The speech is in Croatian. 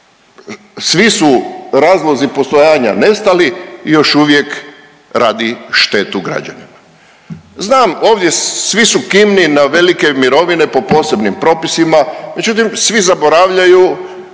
svi su razlozi postojanja nestali i još uvijek radi štetu građanima. Znam ovdje svi su kivni na velike mirovine po posebnim propisima, međutim svi zaboravljaju